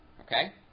Okay